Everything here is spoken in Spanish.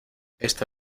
esta